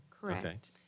Correct